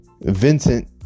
Vincent